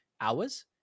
Hours